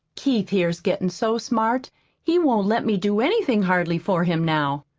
keith here's gettin' so smart he won't let me do anything hardly for him now.